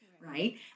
right